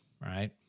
right